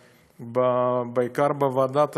ובעיקר בוועדת הכספים,